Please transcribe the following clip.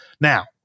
Now